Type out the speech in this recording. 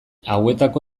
hauetako